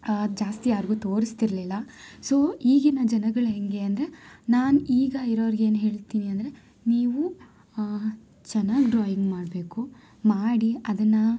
ಜಾಸ್ತಿ ಯಾರಿಗೂ ತೋರಿಸ್ತಿರಲಿಲ್ಲ ಸೊ ಈಗಿನ ಜನಗಳು ಹೇಗೆ ಅಂದರೆ ನಾನು ಈಗ ಇರೋರ್ಗೆ ಏನು ಹೇಳ್ತೀನಿ ಅಂದರೆ ನೀವು ಚೆನ್ನಾಗಿ ಡ್ರಾಯಿಂಗ್ ಮಾಡಬೇಕು ಮಾಡಿ ಅದನ್ನು